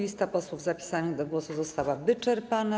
Lista posłów zapisanych do głosu została wyczerpana.